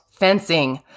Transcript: fencing